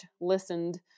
listened